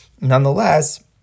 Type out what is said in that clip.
nonetheless